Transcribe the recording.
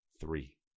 Three